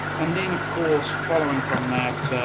and then, of course, following from that,